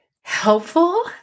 helpful